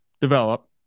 develop